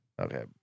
Okay